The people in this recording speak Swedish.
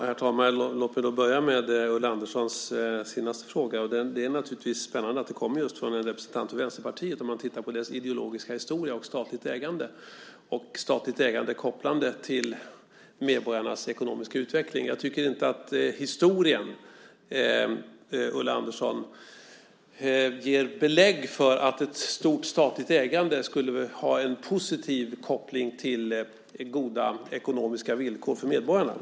Herr talman! Låt mig börja med Ulla Anderssons senaste fråga. Det är spännande att den kommer just från en representant för Vänsterpartiet om man tittar på dess ideologiska historia, statligt ägande och statligt ägande kopplat till medborgarnas ekonomiska utveckling. Jag tycker inte att historien, Ulla Andersson, ger belägg för att ett stort statligt ägande skulle ha en positiv koppling till goda ekonomiska villkor för medborgarna.